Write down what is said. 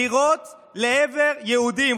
לירות לעבר יהודים,